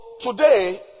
today